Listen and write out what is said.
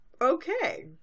Okay